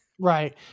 right